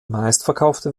meistverkaufte